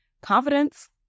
confidence